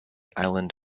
island